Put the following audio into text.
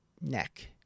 neck